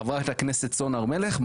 חבר הכנסת סון הר מלך,